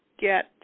get